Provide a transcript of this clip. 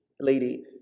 lady